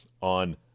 on